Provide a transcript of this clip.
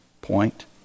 point